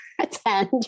attend